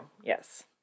yes